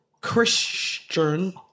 Christian